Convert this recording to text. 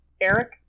Eric